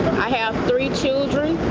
i have three children.